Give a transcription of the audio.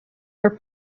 are